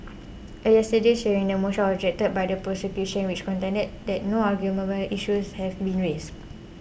at yesterday's hearing the motion was objected to by the prosecution which contended that no arguable issues have been raised